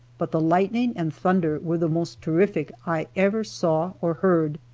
but the lightning and thunder were the most terrific i ever saw or heard.